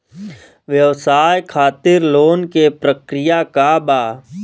व्यवसाय खातीर लोन के प्रक्रिया का बा?